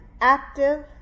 active